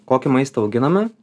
kokį maistą auginame